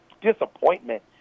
disappointment